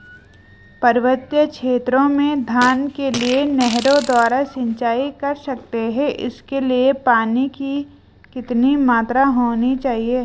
पर्वतीय क्षेत्रों में धान के लिए नहरों द्वारा सिंचाई कर सकते हैं इसके लिए पानी की कितनी मात्रा होनी चाहिए?